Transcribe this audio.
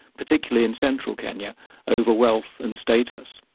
particularly in central kenya over wealth and status.